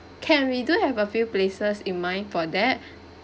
can we do have a few places in mind for that